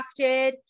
crafted